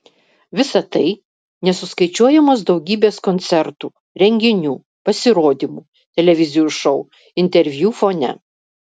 visa tai nesuskaičiuojamos daugybės koncertų renginių pasirodymų televizijų šou interviu fone